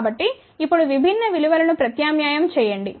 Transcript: కాబట్టి ఇప్పుడు విభిన్న విలు వలను ప్రత్యామ్నాయం చేయండి